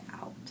out